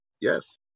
Yes